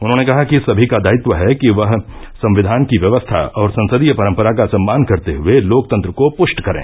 उन्होंने कहा कि सभी का दायित्व है कि वह संविधान की व्यवस्था और संसदीय परम्परा का सम्मान करते हये लोकतंत्र को पष्ट करें